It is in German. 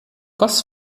goss